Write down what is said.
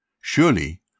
Surely